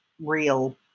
real